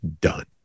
done